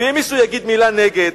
ואם מישהו יגיד מלה נגד,